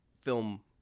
film